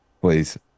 please